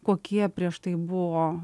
kokie prieš tai buvo